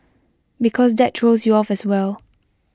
because that throws you off as well